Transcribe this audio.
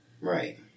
Right